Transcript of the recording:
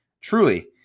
truly